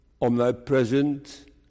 omnipresent